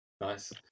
Nice